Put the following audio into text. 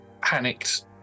panicked